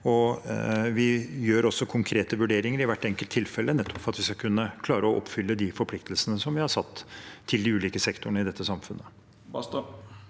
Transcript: Vi gjør også konkrete vurderinger i hvert enkelt tilfelle, nettopp for at vi skal kunne klare å oppfylle de forpliktelsene som vi har satt til de ulike sektorene i dette samfunnet.